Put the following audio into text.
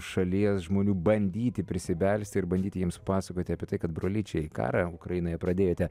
šalies žmonių bandyti prisibelsti ir bandyti jiems pasakoti apie tai kad brolyčiai karą ukrainoje pradėjote